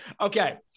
Okay